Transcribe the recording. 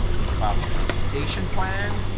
think about the compensation plan.